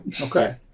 Okay